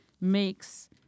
makes